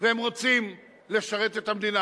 והם רוצים לשרת את המדינה.